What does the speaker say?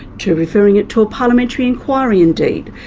to referring it to a parliamentary inquiry indeed.